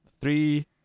three